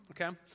okay